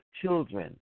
children